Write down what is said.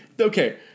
Okay